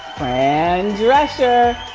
and drescher.